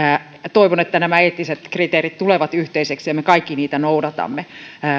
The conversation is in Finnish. toivon että nämä eettiset kriteerit tulevat yhteisiksi ja me kaikki niitä noudatamme